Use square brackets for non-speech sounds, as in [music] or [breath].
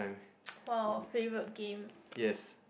[noise] !wow! a favourite game [breath]